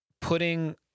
putting